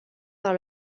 par